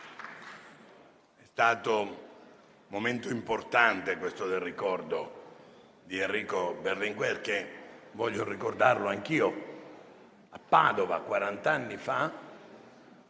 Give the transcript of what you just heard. È stato un momento importante, questo del ricordo di Enrico Berlinguer, che voglio ricordare anch'io. A Padova, quarant'anni fa,